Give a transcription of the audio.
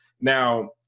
now